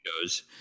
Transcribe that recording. shows